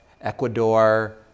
Ecuador